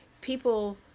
people